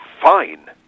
fine